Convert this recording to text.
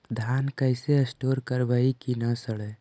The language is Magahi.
धान कैसे स्टोर करवई कि न सड़ै?